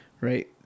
right